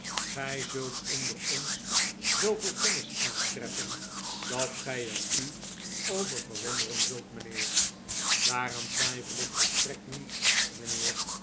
gij zult onder ons zooveel kennis aantreffen dat gij er u over verwonderen zult mijnheer daaraan twijfel ik volstrekt niet mijnheer